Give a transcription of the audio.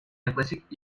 yaklaşık